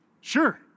Sure